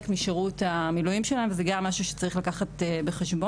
משירות המילואים שלהן וזה גם משהו שצריך לקחת בחשבון.